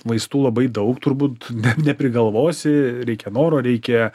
vaistų labai daug turbūt ne neprigalvosi reikia noro reikia